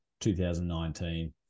2019